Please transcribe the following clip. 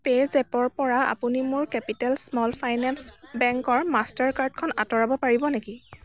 পে'জেপৰপৰা আপুনি মোৰ capital small finance বেংকৰ মাষ্টাৰকাৰ্ডখন আঁতৰাব পাৰিব নেকি